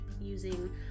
using